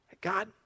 God